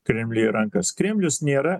kremliui į rankas kremlius nėra